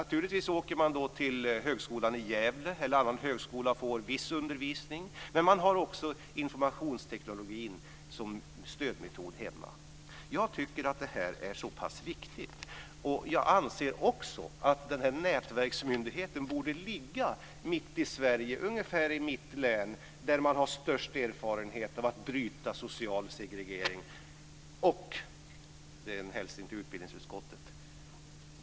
Naturligtvis åker de till Högskolan i Gävle eller till någon annan högskola och får viss undervisning, men de har också informationsteknologin som stöd hemma. Jag tycker att det här är viktigt. Jag anser att nätverksmyndigheten borde ligga mitt i Sverige, t.ex. i mitt län, där man har störst erfarenhet av att bryta social segregering - det är en hälsning till utbildningsutskottet.